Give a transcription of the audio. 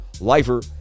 lifer